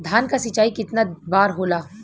धान क सिंचाई कितना बार होला?